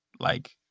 like,